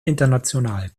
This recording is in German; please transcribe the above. international